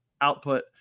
output